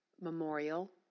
memorial